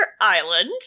Island